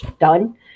done